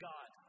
God